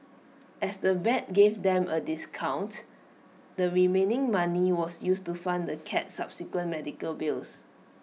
as the vet gave them A discount the remaining money was used to fund the cat's subsequent medical bills